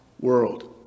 world